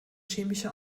chemische